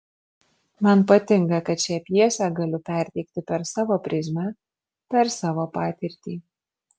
man patinka kad šią pjesę galiu perteikti per savo prizmę per savo patirtį